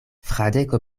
fradeko